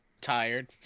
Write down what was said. Tired